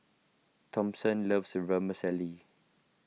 Thompson loves Vermicelli